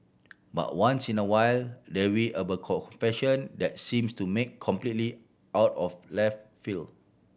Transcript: but once in a while there will a confession that seems to make completely out of left field